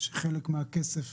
שחלק מהכסף